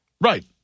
right